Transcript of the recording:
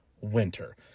winter